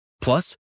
Plus